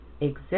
exist